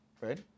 Right